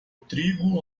trigo